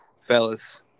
Fellas